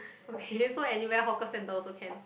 okay so anywhere hawker center also can